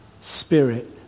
Spirit